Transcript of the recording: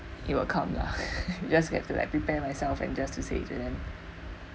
it will come lah just get to like prepare myself and just to say it to them